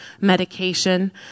medication